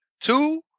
two